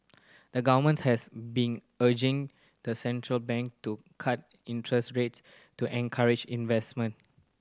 the government has been urging the central bank to cut interest rates to encourage investment